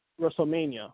WrestleMania